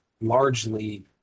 largely